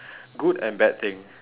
good and bad thing